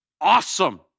Awesome